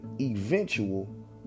eventual